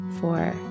four